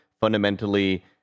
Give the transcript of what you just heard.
fundamentally